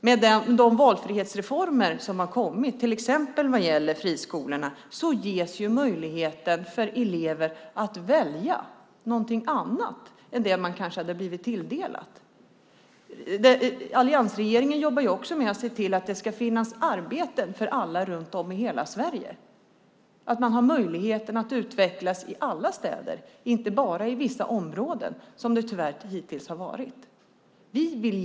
Med de valfrihetsreformer som har kommit, till exempel vad gäller friskolorna, ges elever möjlighet att välja någonting annat än det man kanske har blivit tilldelad. Alliansregeringen jobbar också med att se till att det ska finnas arbeten för alla runt om i hela Sverige. Man ska ha möjlighet att utvecklas i alla städer och inte bara i vissa områden, som det tyvärr har varit hittills.